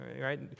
right